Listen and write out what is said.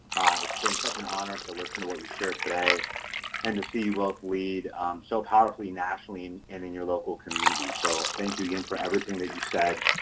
it's been such an honor to listen to what you shared today and to see you both lead so powerfully nationally and in in your local community. so thank you again for everything that you said.